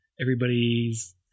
everybody's